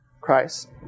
Christ